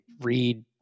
read